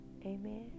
Amen